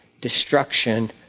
destruction